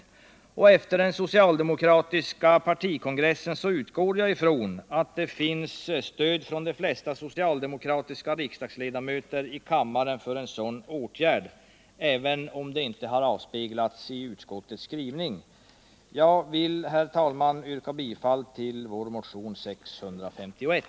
Efter den socialdemokratiska partikongressen utgår jag från att det finns stöd från de flesta socialdemokratiska riksdagsledamöter i kammaren för en sådan åtgärd, även om detta inte har avspeglats i utskottets skrivning. Jag vill, herr talman, yrka bifall till motionen 651.